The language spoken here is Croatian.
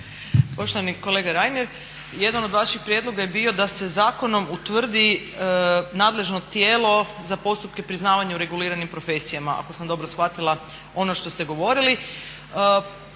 Poštovani kolega Reiner jedan od vaših prijedloga je bio da se zakonom utvrdi nadležno tijelo za postupke priznavanja u reguliranim profesijama, ako sam dobro shvatila ono što ste govorili.